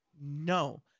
No